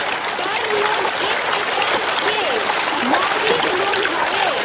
term loan एक प्रकार के मौदृक लोन हवे